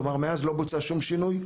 כלומר, מאז לא בוצעו שום שינויים.